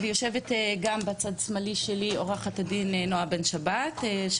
יושבת גם בצד השמאלי שלי עוה"ד של הוועדה נועה בן שבת.